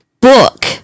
book